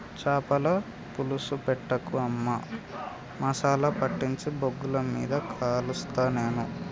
చాపల పులుసు పెట్టకు అమ్మా మసాలా పట్టించి బొగ్గుల మీద కలుస్తా నేను